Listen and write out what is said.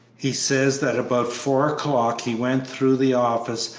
he says that about four o'clock he went through the office,